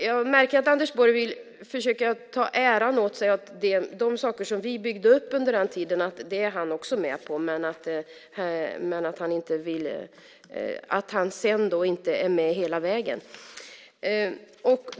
Jag märker att Anders Borg vill försöka ta åt sig äran av de saker som vi byggde upp under den tiden, att han också är med på de sakerna men att han sedan inte är med hela vägen.